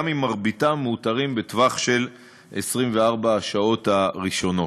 גם אם רובם מאותרים בטווח של 24 השעות הראשונות.